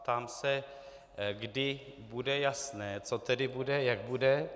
Ptám se, kdy bude jasné, co tedy bude, jak bude.